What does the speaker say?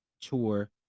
tour